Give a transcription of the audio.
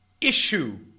issue